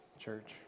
church